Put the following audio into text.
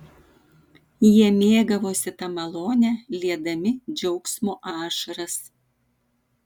jie mėgavosi ta malone liedami džiaugsmo ašaras